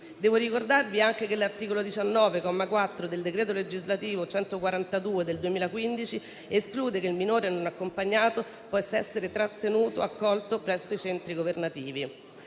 Devo ricordarvi anche che l'articolo 19, comma 4, del decreto legislativo n. 142 del 2015, esclude che il minore non accompagnato possa essere trattenuto o accolto presso i centri governativi?